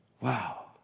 Wow